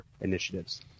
initiatives